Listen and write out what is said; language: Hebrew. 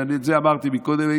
ואת זה אמרתי קודם,